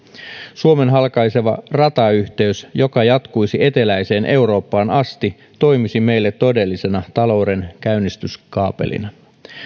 suomen halkaiseva ratayhteys joka jatkuisi eteläiseen eurooppaan asti toimisi meille todellisena talouden käynnistyskaapelina